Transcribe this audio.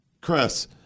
Chris